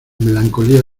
melancolía